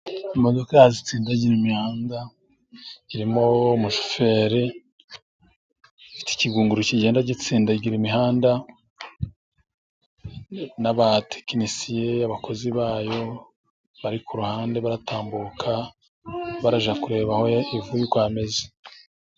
Imodoka zitsindagiravimihanda irimo umushoferi. Ifite ikigunguru kigenda gitsindagira imihanda, n'abatekinisiye, abakozi bayo bari ku ruhande baratambuka bajya kureba aho ivuye uko hameze.